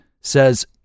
says